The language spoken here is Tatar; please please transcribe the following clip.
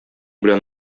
белән